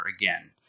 again